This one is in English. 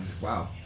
Wow